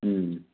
ꯎꯝ